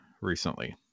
recently